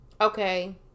okay